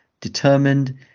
determined